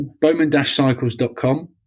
Bowman-cycles.com